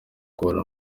kubona